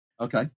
Okay